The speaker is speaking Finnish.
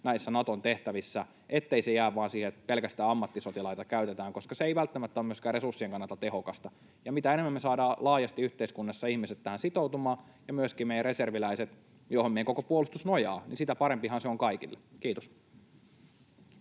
näissä Naton tehtävissä, ettei se jää vain siihen, että pelkästään ammattisotilaita käytetään, koska se ei välttämättä ole myöskään resurssien kannalta tehokasta. Ja mitä enemmän me saadaan laajasti yhteiskunnassa ihmiset tähän sitoutumaan ja myöskin meidän reserviläisemme, johon meidän koko puolustus nojaa, sitä parempihan se on kaikille. — Kiitos.